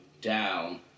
down